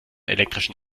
elektrischen